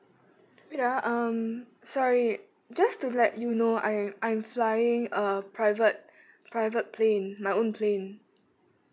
wait ah um sorry just to let you know I am I'm flying a private private plane my own plane